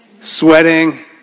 Sweating